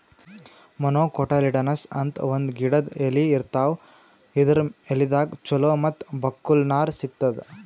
monocotyledonous ಅಂತ್ ಒಂದ್ ಗಿಡದ್ ಎಲಿ ಇರ್ತಾವ ಇದರ್ ಎಲಿದಾಗ್ ಚಲೋ ಮತ್ತ್ ಬಕ್ಕುಲ್ ನಾರ್ ಸಿಗ್ತದ್